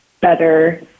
better